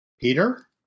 Peter